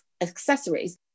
accessories